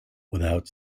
without